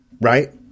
Right